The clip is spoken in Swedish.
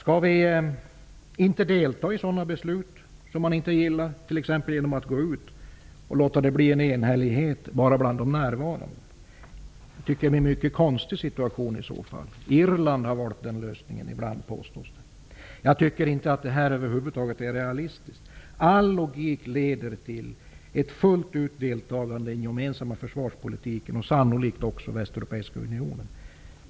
Skall vi låta bli att delta i beslut som vi inte gillar, t.ex. genom att gå ut och låta det bli enhällighet bara bland de närvarande? Det vore en konstig situation. Det påstås att Irland har valt den lösningen ibland. Detta är över huvud taget inte realistiskt. All logik leder till ett deltagande fullt ut inom den gemensamma försvarspolitiken och sannolikt också i Västeuropeiska unionen.